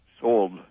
sold